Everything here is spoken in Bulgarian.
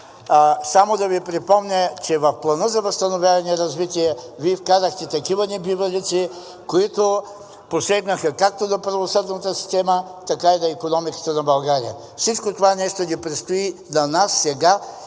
само да Ви припомня, че в Плана за възстановяване и развитие Вие вкарахте такива небивалици, които посегнаха както на правосъдната система, така и на икономиката на България. Всичко това нещо ни предстои на нас сега